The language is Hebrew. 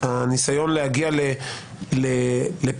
הניסיון להגיע לפישור,